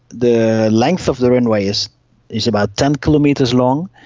the length of the runway is is about ten kilometres long,